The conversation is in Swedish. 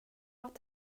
att